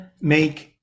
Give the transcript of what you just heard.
make